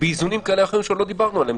באיזונים כאלה ואחרים שעוד לא דיברנו עליהם.